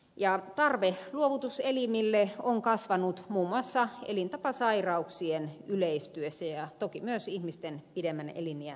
tarve luovutuselimille on kasvanut muun muassa elintapasairauksien yleistyessä ja toki myös ihmisten pidemmän eliniän vuoksi